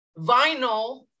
vinyl